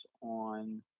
on